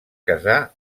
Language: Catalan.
casar